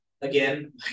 again